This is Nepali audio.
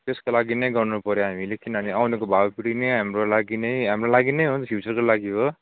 यसको लागि नै गर्नुपऱ्यो हामीले किनभने आउनेको भावी पिँढी नै हाम्रो लागि नै हाम्रो लागि नै हो फ्युचरको लागि हो